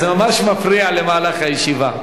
זה מפריע למהלך הישיבה.